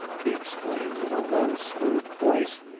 he exclaimed in a low, smooth voice,